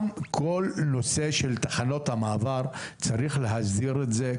גם כל נושא של תחנות המעבר, צריך להסדיר את זה.